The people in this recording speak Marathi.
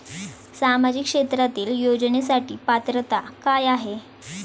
सामाजिक क्षेत्रांतील योजनेसाठी पात्रता काय आहे?